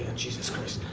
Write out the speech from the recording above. and jesus christ,